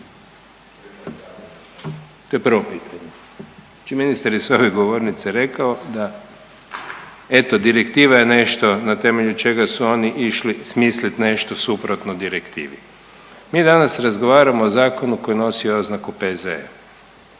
To je prvo pitanje. Znači ministar je sa ove govornice rekao da eto direktiva je nešto na temelju čega su oni išli smisliti nešto suprotno direktivi. Mi danas razgovaramo o zakonu koji nosi oznaku PZE,